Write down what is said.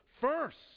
first